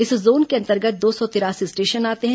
इस जोन के अंतर्गत दो सौ तिरासी स्टेशन आते हैं